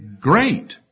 Great